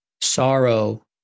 sorrow